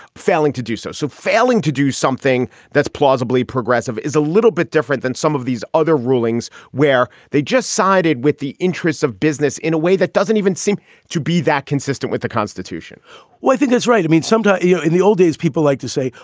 failing to do so, so failing to do something that's plausibly progressive is a little bit different than some of these other rulings where they just sided with the interests of business in a way that doesn't even seem to be that consistent with the constitution well, i think that's right. i mean, sometime yeah in the old days, people like to say,